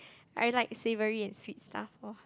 I like savoury and sweet stuff lor